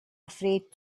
afraid